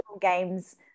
games